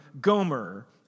Gomer